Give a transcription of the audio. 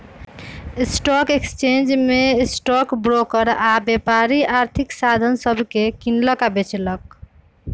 stock exchange में stock broker आऽ व्यापारी आर्थिक साधन सभके किनलक बेचलक